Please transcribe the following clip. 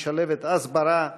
המשלבת הסברה,